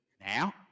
Now